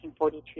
1942